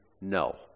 No